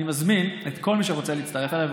אני מזמין את כל מי שרוצה להצטרף אליי.